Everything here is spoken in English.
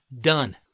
done